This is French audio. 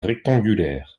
rectangulaire